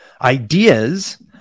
ideas